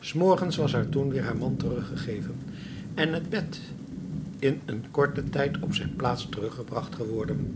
s morgens was haar toen weer haar man teruggegeven en het bed in een korten tijd op zijn plaats teruggebracht geworden